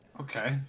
okay